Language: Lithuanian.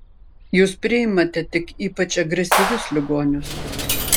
jūs priimate tik ypač agresyvius ligonius